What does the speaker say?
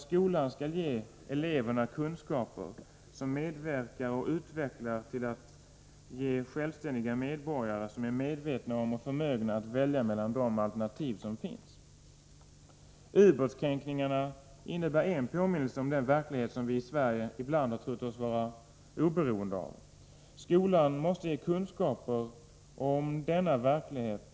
Skolan skall ge eleverna kunskaper som bidrar till att skapa självständiga medborgare, som är i stånd att välja bland de alternativ som finns. Ubåtskränkningarna innebär en påminnelse om den verklighet som vi svenskar ibland har trott oss vara oberoende av. Skolan måste ge kunskaper om denna verklighet.